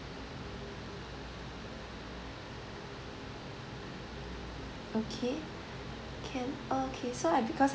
okay can okay so uh because